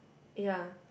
yea